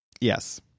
Yes